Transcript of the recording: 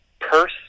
purse